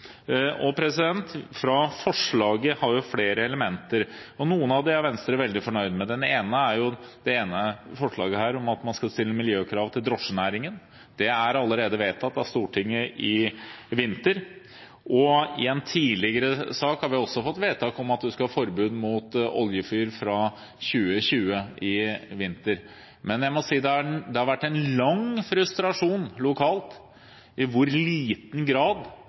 Forslaget har flere elementer, og noen av dem er Venstre veldig fornøyd med. Et forslag her om at man skal stille miljøkrav til drosjenæringen, er allerede vedtatt av Stortinget i vinter, og i en tidligere sak i vinter har vi også fått vedtak om at det skal være forbud mot oljefyr fra 2020. Men jeg må si at det har vært en lang frustrasjon lokalt over i hvor liten grad